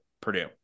Purdue